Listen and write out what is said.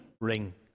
ring